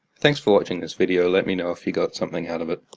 thanks for watching this video. let me know if you got something out of it.